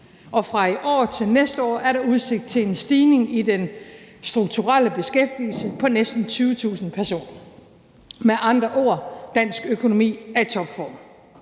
og fra i år til næste år er der udsigt til en stigning i den strukturelle beskæftigelse på næsten 20.000 personer. Med andre ord: Dansk økonomi er i topform.